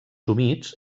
humits